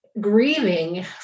grieving